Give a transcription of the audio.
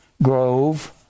Grove